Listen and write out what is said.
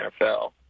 NFL